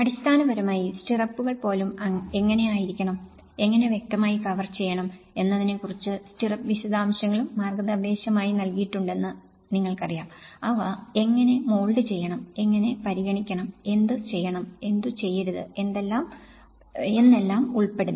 അടിസ്ഥാനപരമായി സ്റ്റിറപ്പുകൾ പോലും എങ്ങനെ ആയിരിക്കണം എങ്ങനെ വ്യക്തമായി കവർ ചെയ്യണം എന്നതിനെക്കുറിച്ചു സ്റ്റിറപ്പ് വിശദാംശങ്ങളും മാർഗ്ഗനിർദ്ദേശമായി നൽകിയിട്ടുണ്ടെന്ന് നിങ്ങൾക്കറിയാം അവ എങ്ങനെ മോൾഡ് ചെയ്യണം എങ്ങനെ പരിഗണിക്കണം എന്ത് ചെയ്യണം എന്തുചെയ്യരുത് എന്നെല്ലാം ഉൾപ്പെടുന്നു